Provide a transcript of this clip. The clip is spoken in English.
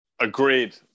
Agreed